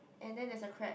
and there's a crab